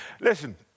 Listen